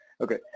Okay